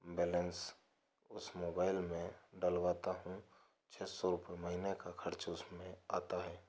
balance उस mobile में डलवाता हूँ छः सौ रूपये महीने का ख़र्च उसमें आता है